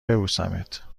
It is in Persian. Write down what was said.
ببوسمت